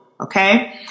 Okay